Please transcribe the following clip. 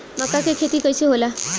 मका के खेती कइसे होला?